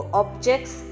objects